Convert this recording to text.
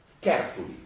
carefully